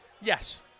Yes